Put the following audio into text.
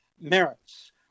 merits